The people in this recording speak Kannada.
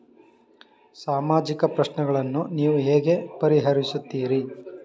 ಸಾಮಾಜಿಕ ಪ್ರಶ್ನೆಗಳನ್ನು ನೀವು ಹೇಗೆ ಪರಿಹರಿಸುತ್ತೀರಿ?